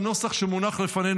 שהנוסח שמונח לפנינו,